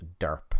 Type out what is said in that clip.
Derp